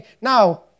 Now